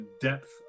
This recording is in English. depth